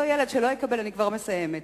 אני כבר מסיימת.